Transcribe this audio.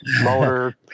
motor